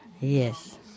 Yes